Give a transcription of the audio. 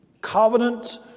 Covenant